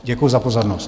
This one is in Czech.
Děkuji za pozornost.